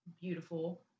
Beautiful